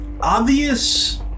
obvious